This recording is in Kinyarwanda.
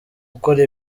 gukora